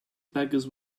beggars